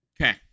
Okay